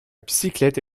bicyclette